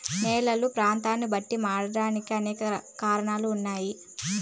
నేలలు ప్రాంతాన్ని బట్టి మారడానికి అనేక కారణాలు ఉన్నాయి